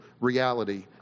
reality